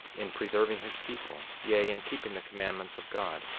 in preserving his people, yea, in keeping the commandments of god,